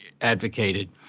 advocated